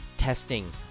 testing